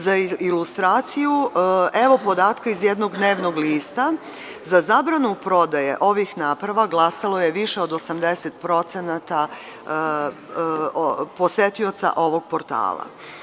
Za ilustraciju evo podatka iz jednog dnevnog lista – za zabranu prodaje ovih naprava glasalo je više od 80% posetioca ovog portala.